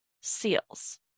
seals